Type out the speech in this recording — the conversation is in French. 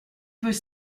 peut